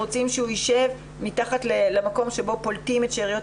אז רוצים שהוא ישב מתחת למקום שבו פולטים את שאריות